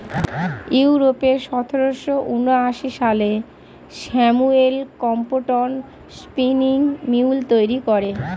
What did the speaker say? ইউরোপে সতেরোশো ঊনআশি সালে স্যামুয়েল ক্রম্পটন স্পিনিং মিউল তৈরি করেন